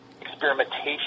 experimentation